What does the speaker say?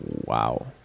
wow